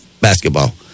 basketball